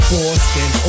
Boston